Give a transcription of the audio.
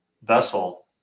vessel